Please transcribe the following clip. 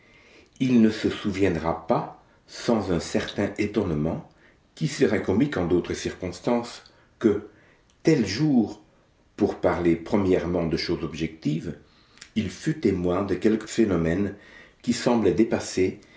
il ne se souviendra pas sans un certain étonnement qui serait comique en d'autres circonstances que tel jour pour parler premièrement de choses objectives il fut témoin de quelque phénomène qui semblait dépasser